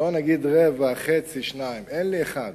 לא נגיד רבע, חצי, שניים, אין לי אחד.